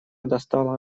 достала